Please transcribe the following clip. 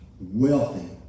Wealthy